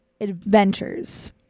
adventures